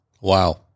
Wow